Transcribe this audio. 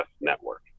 network